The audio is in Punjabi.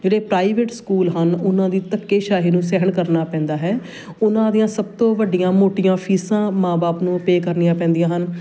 ਜਿਹੜੇ ਪ੍ਰਾਈਵੇਟ ਸਕੂਲ ਹਨ ਉਹਨਾਂ ਦੀ ਧੱਕੇਸ਼ਾਹੀ ਨੂੰ ਸਹਿਣ ਕਰਨਾ ਪੈਂਦਾ ਹੈ ਉਹਨਾਂ ਦੀਆਂ ਸਭ ਤੋਂ ਵੱਡੀਆਂ ਮੋਟੀਆਂ ਫੀਸਾਂ ਮਾਂ ਬਾਪ ਨੂੰ ਪੇ ਕਰਨੀਆਂ ਪੈਂਦੀਆਂ ਹਨ